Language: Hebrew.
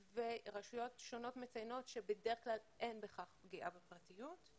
ורשויות שונות מציינות שבדרך כלל אין בכך פגיעה בפרטיות.